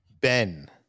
Ben